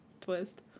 twist